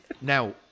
Now